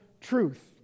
truth